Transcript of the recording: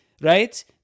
right